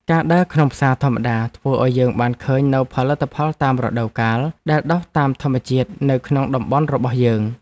ការដើរក្នុងផ្សារធម្មតាធ្វើឱ្យយើងបានឃើញនូវផលិតផលតាមរដូវកាលដែលដុះតាមធម្មជាតិនៅក្នុងតំបន់របស់យើង។